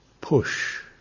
push